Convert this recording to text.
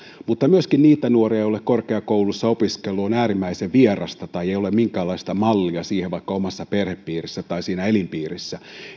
mutta myöskin niitä nuoria joille korkeakoulussa opiskelu on äärimmäisen vierasta tai ei ole minkäänlaista mallia siihen vaikka omassa perhepiirissä tai siinä elinpiirissä